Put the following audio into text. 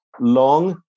long